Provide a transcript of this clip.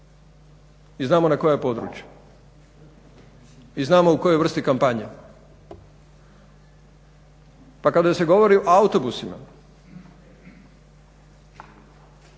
i znamo na koja područja i znamo u kojoj vrsti kampanje. Pa kada se govori o autobusima